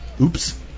Oops